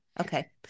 Okay